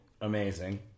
Amazing